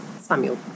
Samuel